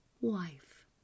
wife